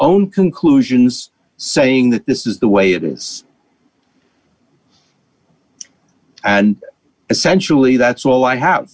own conclusions saying that this is the way it is and essentially that's all i have